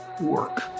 work